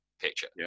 picture